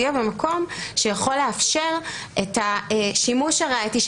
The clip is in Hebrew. יהיה במקום שיכול לאפשר את השימוש הראייתי,